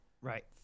Right